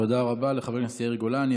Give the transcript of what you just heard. תודה רבה לחבר הכנסת יאיר גולן.